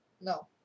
No